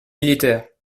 militaires